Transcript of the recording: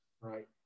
right